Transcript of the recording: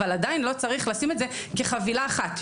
אבל עדיין לא צריך לשים את זה כחבילה אחת.